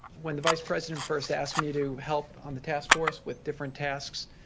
when the vice president first asked me to help on the task force with different tasks,